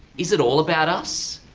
is it all about us?